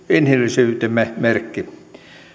inhimillisyytemme merkki